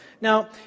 Now